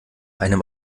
einem